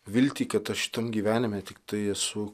viltį kad aš šitam gyvenime tiktai esu